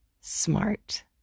smart